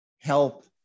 help